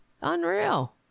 unreal